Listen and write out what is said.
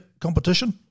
competition